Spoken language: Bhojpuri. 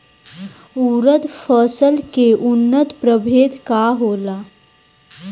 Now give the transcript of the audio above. उरद फसल के उन्नत प्रभेद का होला?